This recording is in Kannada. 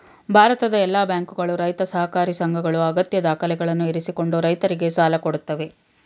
ಭಾರತದ ಎಲ್ಲಾ ಬ್ಯಾಂಕುಗಳು, ರೈತ ಸಹಕಾರಿ ಸಂಘಗಳು ಅಗತ್ಯ ದಾಖಲೆಗಳನ್ನು ಇರಿಸಿಕೊಂಡು ರೈತರಿಗೆ ಸಾಲ ಕೊಡತ್ತವೆ